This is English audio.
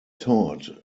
taught